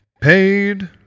paid